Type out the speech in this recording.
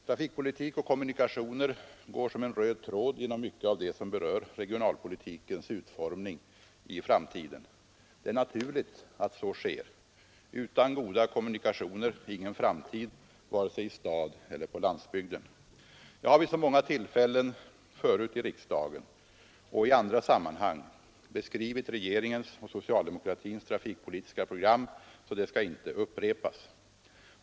Trafikpolitik och kommunikationer går som en röd tråd genom mycket av det som berör regionalpolitikens utformning i framtiden. Det är naturligt att så sker. Utan några kommunikationer ingen framtid vare sig i stad eller på landsbygd. Jag har vid så många tillfällen förut i riksdagen och i andra sammanhang beskrivit regeringens och socialdemokratins trafikpolitiska program att jag inte nu skall upprepa det.